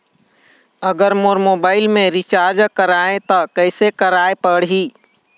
अगर मोर मोबाइल मे रिचार्ज कराए त कैसे कराए पड़ही?